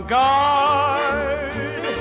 guard